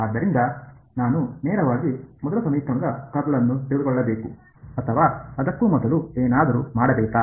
ಆದ್ದರಿಂದ ನಾನು ನೇರವಾಗಿ ಮೊದಲ ಸಮೀಕರಣದ ಕರ್ಲ್ ನ್ನು ತೆಗೆದುಕೊಳ್ಳಬೇಕು ಅಥವಾ ಅದಕ್ಕೂ ಮೊದಲು ಏನಾದರೂ ಮಾಡಬೇಕಾ